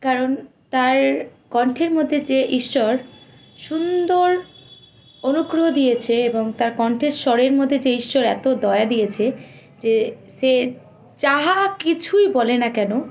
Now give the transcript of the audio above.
কারণ তার কণ্ঠের মধ্যে যে ঈশ্বর সুন্দর অনুগ্রহ দিয়েছে এবং তার কণ্ঠের স্বরের মধ্যে যে ঈশ্বর এত দয়া দিয়েছে যে সে যা কিছুই বলে না কেন